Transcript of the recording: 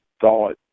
thought